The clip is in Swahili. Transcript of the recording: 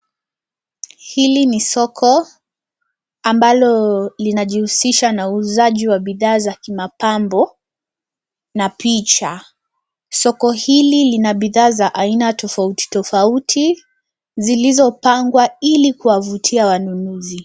Hili ni soko ambalo linajihusisha na uuzaji wa bidhaa za kimapambo na picha. Soko hili lina bidhaa za aina tofautitofauti zilizipangwa ili kuwavutia wanunuzi.